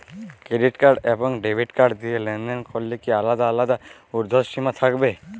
Credit card এবং debit card দিয়ে লেনদেন করলে কি আলাদা আলাদা ঊর্ধ্বসীমা থাকবে?